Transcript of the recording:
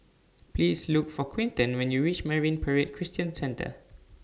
Please Look For Quinton when YOU REACH Marine Parade Christian Centre